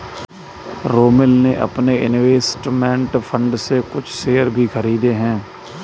रोमिल ने अपने investment fund से कुछ शेयर भी खरीदे है